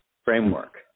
framework